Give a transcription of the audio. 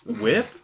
Whip